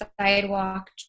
sidewalk